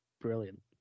brilliant